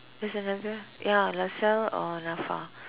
there's another ya Lasalle or Nafa